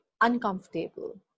uncomfortable